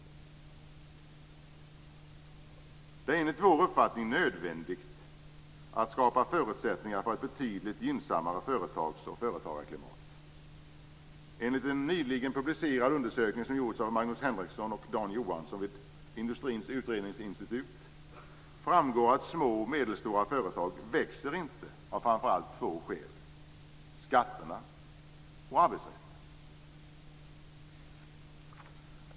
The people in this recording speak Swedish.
Det är enligt Moderaternas uppfattning nödvändigt att skapa förutsättningar för ett betydligt gynnsammare företags och företagarklimat. Enligt en nyligen publicerad undersökning som gjorts av Magnus Henrekson och Dan Johansson vid Industrins Utredningsinstitut framgår att små och medelstora företag inte växer av framför allt två skäl: skatterna och arbetsrätten.